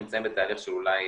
נמצאים בתהליך של אולי